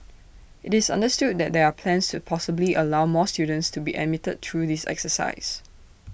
this understood that there are plans to possibly allow more students to be admitted through this exercise